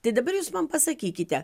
tai dabar jūs man pasakykite